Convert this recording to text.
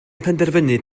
penderfynu